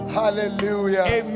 hallelujah